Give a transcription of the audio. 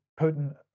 Putin